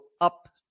up